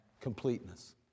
completeness